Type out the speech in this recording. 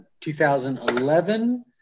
2011